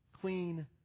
clean